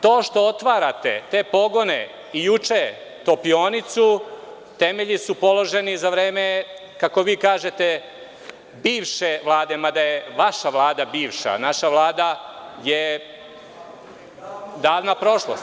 To što otvarate te pogone i juče topionicu, temelji su položeni za vreme, kako vi kažete, bivše Vlade, mada je vaša Vlada bivša, a naša Vlada je davna prošlost.